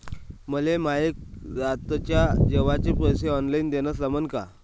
मले माये रातच्या जेवाचे पैसे ऑनलाईन देणं जमन का?